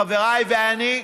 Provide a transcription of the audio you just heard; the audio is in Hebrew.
חבריי ואני,